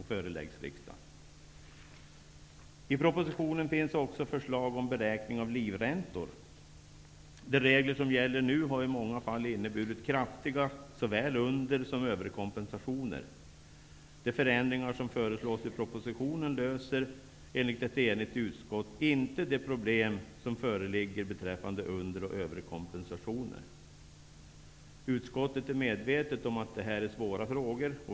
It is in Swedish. I propositionen finns också förslag om beräkning av livräntor. De regler som nu gäller har i många fall inneburit kraftiga såväl under som överkompensationer. De förändringar som föreslås i propositionen löser, enligt ett enigt utskott, inte de problem som föreligger beträffande under och överkompensationer. Utskottet är medvetet om att detta är svåra frågor.